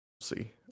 see